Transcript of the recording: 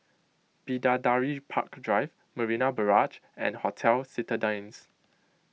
Bidadari Park Drive Marina Barrage and Hotel Citadines